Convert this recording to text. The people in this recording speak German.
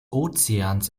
ozeans